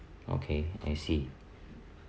okay I see